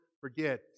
forget